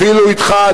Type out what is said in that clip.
אפילו אתך,